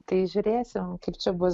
tai žiūrėsim kaip čia bus